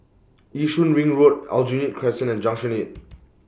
Yishun Ring Road Aljunied Crescent and Junction eight